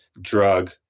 drug